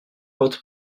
votre